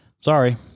Sorry